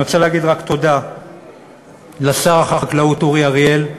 אני רוצה להגיד רק תודה לשר החקלאות אורי אריאל,